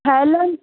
ठहियल अइन